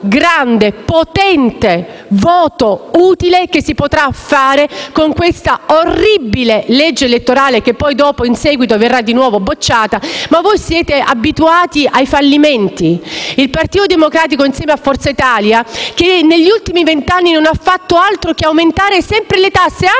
grande, potente voto utile che si potrà dare con questa orribile legge elettorale, che poi in seguito verrà nuovamente bocciata. Ma voi siete abituati ai fallimenti. Il Partito Democratico insieme a Forza Italia negli ultimi vent'anni non ha fatto altro che aumentare sempre le tasse, anche